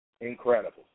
Incredible